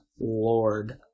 Lord